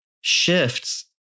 shifts